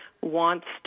wants